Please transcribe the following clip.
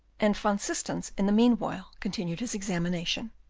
and van systens in the meanwhile continued his examination.